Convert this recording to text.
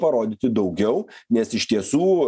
parodyti daugiau nes iš tiesų